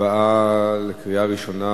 בקריאה ראשונה